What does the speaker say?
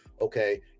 Okay